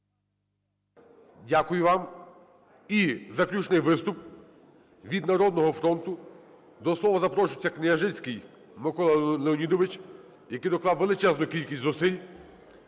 Дякую вам. І заключний виступ - від "Народного фронту". До слова запрошується Княжицький Микола Леонідович, який доклав величезну кількість зусиль,